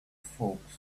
folks